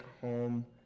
home